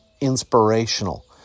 inspirational